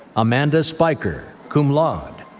amanda speicher, cum laude.